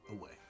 away